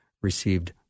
received